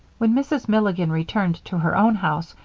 when mrs. milligan returned to her own house,